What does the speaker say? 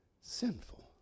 sinful